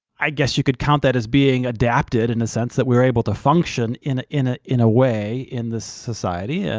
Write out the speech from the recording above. i guess you could count that as being adapted, in the sense that we're able to function, in in ah a way, in this society, yeah